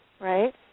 right